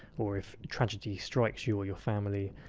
or if tragedy strikes you or your family,